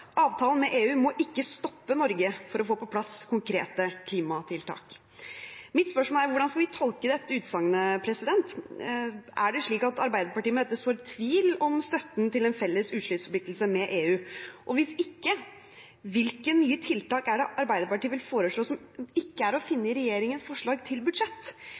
Avtalen med EU måtte ikke stoppe Norge fra å få på plass konkrete klimatiltak. Mitt spørsmål er: Hvordan skal vi tolke dette utsagnet? Er det slik at Arbeiderpartiet med dette sår tvil om støtten til en felles utslippsforpliktelse med EU? Hvis ikke – hvilke nye tiltak vil Arbeiderpartiet foreslå som ikke er å finne i regjeringens forslag til budsjett?